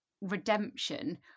redemption